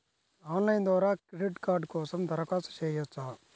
Online ద్వారా credit card కోసం దరఖాస్తు చేయవచ్చా?